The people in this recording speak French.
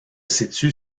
situe